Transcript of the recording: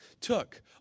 took